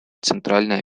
центральное